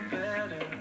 better